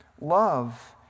Love